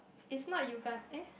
is not Yoogan~